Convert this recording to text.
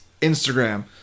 Instagram